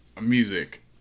music